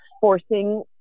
forcing